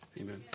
Amen